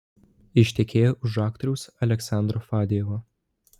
ištekėjo už aktoriaus aleksandro fadejevo